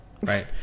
right